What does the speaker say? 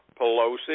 Pelosi